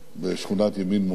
בשכונת ימין-משה,